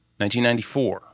1994